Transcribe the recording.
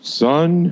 son